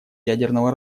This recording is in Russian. ядерного